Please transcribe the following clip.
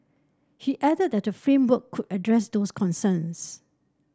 he added that the framework could address those concerns